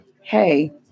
Hey